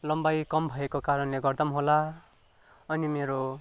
लम्बाई कम भएको कारणले गर्दा पनि होला अनि मेरो